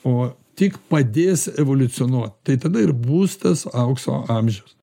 o tik padės evoliucionuot tai tada ir bus tas aukso amžius